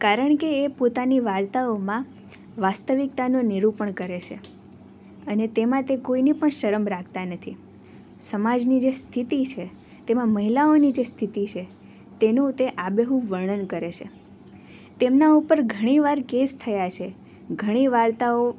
કારણ કે એ પોતાની વાર્તાઓમાં વાસ્તવિકતાનો નિરુપણ કરે છે અને તેમાં તે કોઇની પણ શરમ રાખતા નથી સમાજની જે સ્થિતિ છે તેમાં મહિલાઓની જે સ્થિતિ છે તેનું તે આબેહૂબ વર્ણન કરે છે તેમના ઉપર ઘણીવાર કેસ થયા છે ઘણી વાર્તાઓ